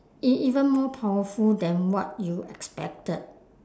e~ even more powerful than what you expected